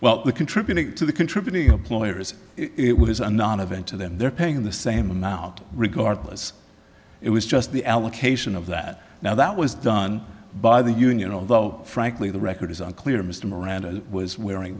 we're contributing to the contributing employers it was a nonevent to them they're paying the same amount regardless it was just the allocation of that now that was done by the union although frankly the record is unclear mr miranda was wearing